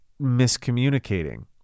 miscommunicating